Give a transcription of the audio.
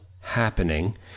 happening